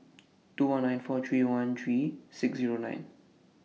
two one nine four three one three six Zero nine